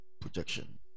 projection